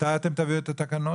מתי אתם תביאו את התקנות?